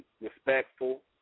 respectful